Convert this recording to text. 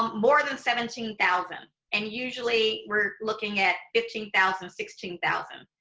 um more than seventeen thousand, and usually we're looking at fifteen thousand, sixteen thousand.